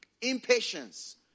impatience